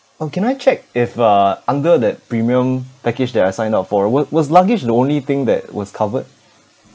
oh can I check if uh under that premium package that I signed up for wa~ was luggage the only thing that was covered